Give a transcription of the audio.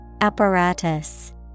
Apparatus